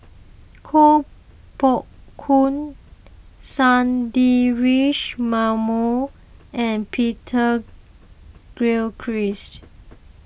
Koh Poh Koon Sundaresh Menon and Peter Gilchrist